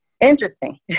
interesting